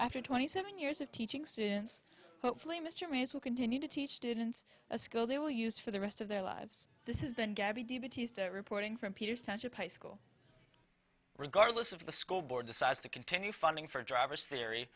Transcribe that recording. after twenty seven years of teaching students hopefully mr mays will continue to teach students a skill they will use for the rest of their lives this isn't gaby ditties reporting from peters township high school regardless of the school board decides to continue funding for drivers theory